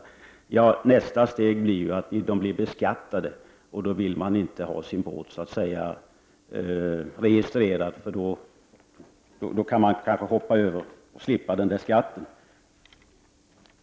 Man säger att nästa steg blir att båtarna blir beskattade, och då vill man inte ha sin båt registrerad för att kunna slippa den här skatten.